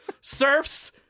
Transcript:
surfs